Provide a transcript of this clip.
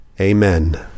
amen